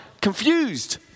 confused